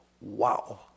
Wow